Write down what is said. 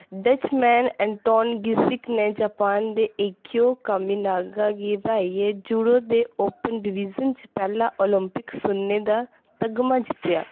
Dutchman Anton Geesink नै Japan दे Akio Kaminaga गी र्हाइयै जूडो दे ओपन डिवीजन च पैह्ला ओलंपिक सुन्ने दा तगमा जित्तेआ